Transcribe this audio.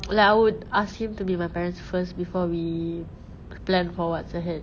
like I would ask him to meet my parents first before we plan for what's ahead